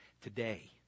today